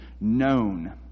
known